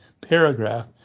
paragraph